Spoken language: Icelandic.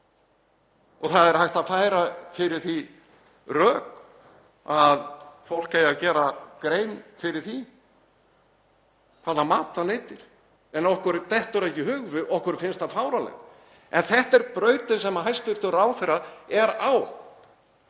og það er hægt að færa fyrir því rök að fólk eigi að gera grein fyrir því hvaða matar það neytir, en okkur dettur það ekki í hug, okkur finnst það fáránlegt. En þetta er brautin sem hæstv. ráðherra er á.